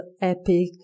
epic